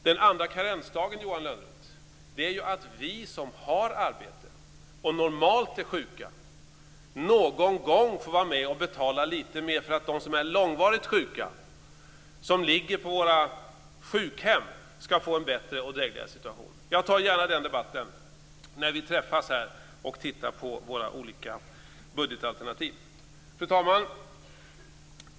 Den andra karensdagen, Johan Lönnroth, innebär att vi som har arbete och en normal sjukdomsomfattning, någon gång får vara med och betala lite mer för att de som är långvarigt sjuka på våra sjukhem skall få en bättre och drägligare situation. Jag tar gärna den debatten när vi skall titta på de olika budgetalternativen. Fru talman!